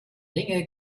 ringe